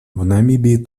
намибии